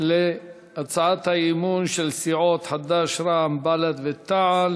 להצעת האי-אמון של סיעת חד"ש, רע"ם, בל"ד ותע"ל,